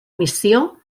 missió